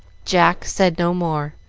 jack said no more,